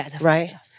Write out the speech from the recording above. right